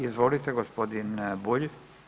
Izvolite gospodin Bulj.